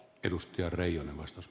arvoisa herra puhemies